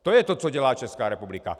To je to, co dělá Česká republika.